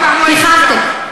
כיכבתם.